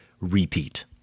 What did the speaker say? repeat